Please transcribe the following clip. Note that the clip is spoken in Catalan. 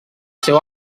seu